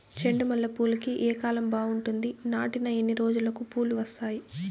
చెండు మల్లె పూలుకి ఏ కాలం బావుంటుంది? నాటిన ఎన్ని రోజులకు పూలు వస్తాయి?